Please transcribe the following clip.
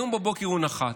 היום בבוקר הוא נחת.